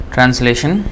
Translation